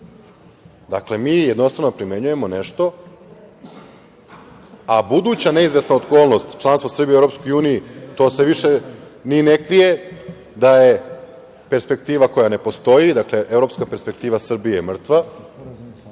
mi jednostrano primenjujemo nešto, a buduća neizvesna okolnost, članstvo Srbije u Evropskoj uniji, to se više ni ne krije da je perspektiva koja ne postoji, dakle, evropska perspektiva Srbije je mrtva